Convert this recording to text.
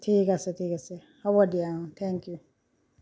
ঠিক আছে ঠিক আছে হ'ব দিয়া অঁ থেংক ইউ